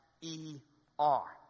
e-r